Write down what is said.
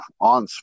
on